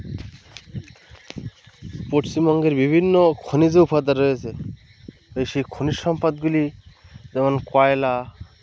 পশ্চিমবঙ্গের বিভিন্ন খনিজ উপাদান রয়েছে এই সেই খনিজ সম্পদগুলি যেমন কয়লা